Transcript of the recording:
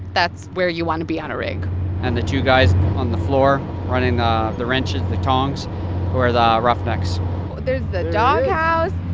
that's where you want to be on a rig and the two guys on the floor running um the wrenches, the tongs are the roughnecks there's the doghouse,